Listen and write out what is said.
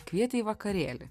kvietė į vakarėlį